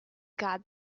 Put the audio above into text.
god